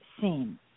seen